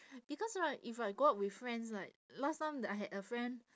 because right if I go out with friends right last time that I had a friend